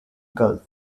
gulf